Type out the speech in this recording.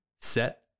set